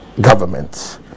government